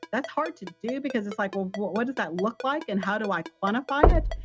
that's hard to do because it's like, well, what what does that look like and how do i quantify it?